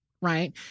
right